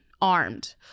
armed